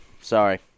Sorry